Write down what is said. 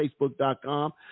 facebook.com